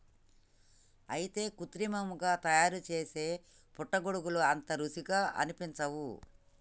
అయితే కృత్రిమంగా తయారుసేసే పుట్టగొడుగులు అంత రుచిగా అనిపించవు